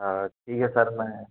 हाँ ठीक है सर मैं